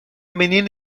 menina